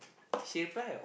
save right